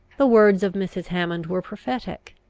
the words of mrs. hammond were prophetic.